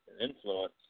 influence